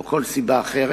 או מכל סיבה אחרת,